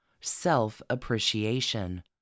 self-appreciation